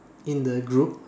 in the group